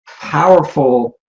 powerful